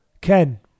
Ken